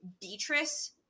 Beatrice